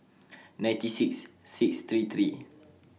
ninety six six three three